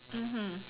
mmhmm